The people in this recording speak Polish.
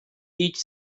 idź